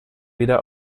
wieder